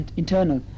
internal